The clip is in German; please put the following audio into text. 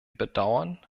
bedauern